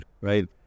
right